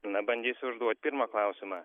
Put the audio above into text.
na bandysiu užduot pirmą klausimą